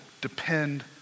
depend